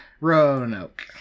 Roanoke